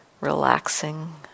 relaxing